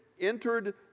entered